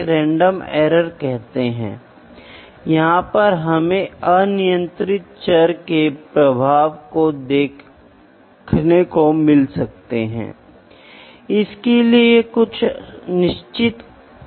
यह डिजाइनर के हिस्से पर अंतर्ज्ञान और अच्छे इंजीनियरिंग निर्णय पर आधारित है